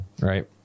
Right